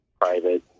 private